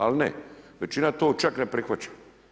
Ali ne, većina to čak ne prihvaća.